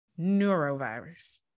neurovirus